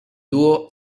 dúo